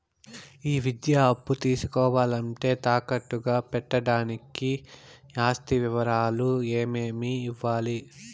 ఈ విద్యా అప్పు తీసుకోవాలంటే తాకట్టు గా పెట్టడానికి ఆస్తి వివరాలు ఏమేమి ఇవ్వాలి?